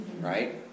right